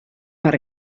per